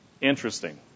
Interesting